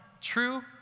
true